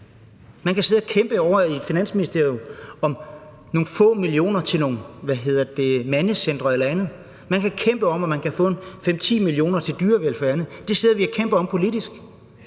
Man kan sidde ovre i Finansministeriet og kæmpe om nogle få millioner til nogle mandecentre eller andet. Man kan kæmpe om, at man kan få 5-10 mio. kr. til dyrevelfærd og andet. Det sidder vi og kæmper om politisk.